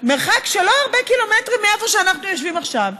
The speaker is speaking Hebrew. במרחק שהוא לא הרבה קילומטרים מאיפה שאנחנו יושבים עכשיו,